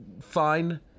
fine